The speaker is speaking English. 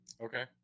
Okay